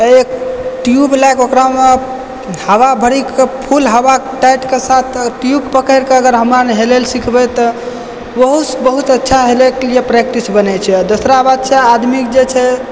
एक ट्युब लए कऽ ओकरा मे हवा भरि कऽ फूल हवा टायर के साथ अगर ट्युब पकैड़ कऽ अगर हम हेलै लए सिखबै तऽ बहुत बहुत अच्छा सँ हेलै के लिए प्रैक्टिस बनै छै दोसरा बात छै आदमी जे छै